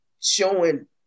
showing